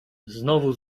znowu